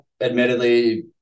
admittedly